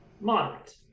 Moderate